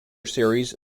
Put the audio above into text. series